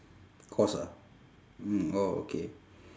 cost ah mm oh okay